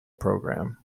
program